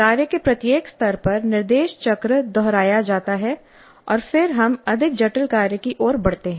कार्य के प्रत्येक स्तर पर निर्देश चक्र दोहराया जाता है और फिर हम अधिक जटिल कार्य की ओर बढ़ते हैं